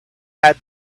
had